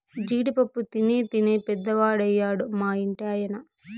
జీడి పప్పు తినీ తినీ పెద్దవాడయ్యాడు మా ఇంటి ఆయన